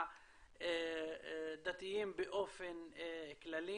הדתיים באופן כללי,